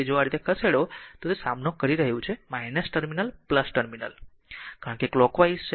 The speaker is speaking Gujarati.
તેથી જો આ રીતે ખસેડો તો તે સામનો કરી રહ્યું છે ટર્મિનલ કારણ કે કલોકવાઈઝ છે